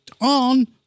on